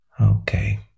Okay